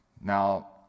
Now